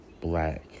black